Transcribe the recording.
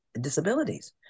disabilities